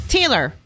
Taylor